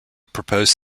proposed